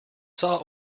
saw